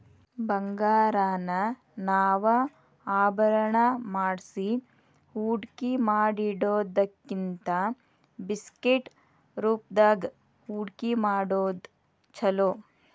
ಬಂಗಾರಾನ ನಾವ ಆಭರಣಾ ಮಾಡ್ಸಿ ಹೂಡ್ಕಿಮಾಡಿಡೊದಕ್ಕಿಂತಾ ಬಿಸ್ಕಿಟ್ ರೂಪ್ದಾಗ್ ಹೂಡ್ಕಿಮಾಡೊದ್ ಛೊಲೊ